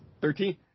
Thirteen